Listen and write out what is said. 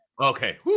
Okay